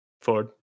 ford